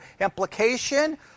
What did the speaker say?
Implication